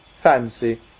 fancy